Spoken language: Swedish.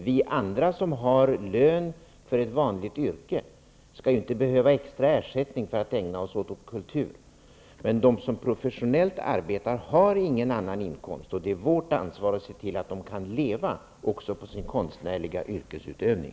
Vi andra, som har lön och ett vanligt yrke, skall ju inte ha extra ersättning för att ägna oss åt kultur. Men de som professionellt arbetar har ingen annan inkomst. Det är vårt ansvar att se till att dessa kan leva också på sin konstnärliga yrkesutövning.